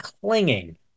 clinging